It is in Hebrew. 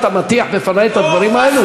אתה מטיח בפני את הדברים האלו?